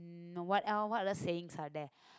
no what el~ what other sayings are there